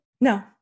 No